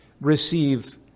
receive